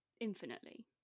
infinitely